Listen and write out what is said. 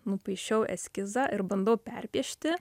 nupaišiau eskizą ir bandau perpiešti